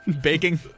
Baking